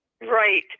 Right